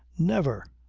never!